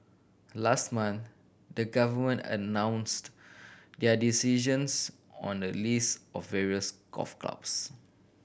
last month the Government announced their decisions on the lease of various golf clubs